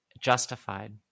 justified